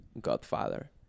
Godfather